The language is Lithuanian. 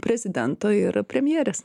prezidento ir premjerės